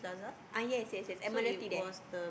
ah yes yes yes Admiralty there